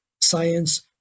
science